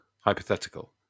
Hypothetical